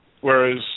whereas